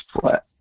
flat